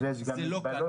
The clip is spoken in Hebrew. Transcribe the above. זה לא כאן.